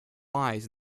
lies